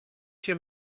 się